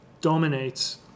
dominates